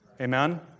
Amen